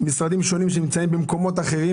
משרדים שונים שנמצאים במקומות אחרים.